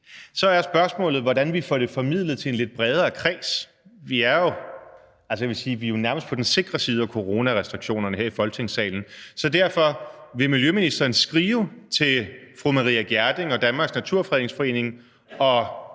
Så er spørgsmålet, hvordan vi får det formidlet til en lidt bredere kreds. Altså, jeg vil sige, at vi jo nærmest er på den sikre side i forhold til coronarestriktionerne her i Folketingssalen, så derfor: Vil miljøministeren skrive til fru Maria Gjerding og Danmarks Naturfredningsforening og